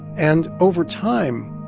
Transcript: and over time,